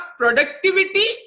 productivity